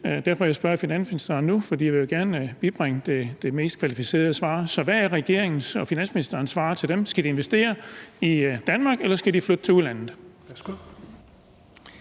derfor, at jeg spørger finansministeren nu, for jeg vil jo gerne bibringe dem det mest kvalificerede svar. Så hvad er regeringens og finansministerens svar til dem? Skal de investere i Danmark, eller skal de flytte det til udlandet?